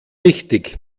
richtig